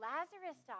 Lazarus